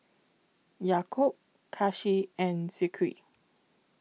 Yaakob Kasih and Zikri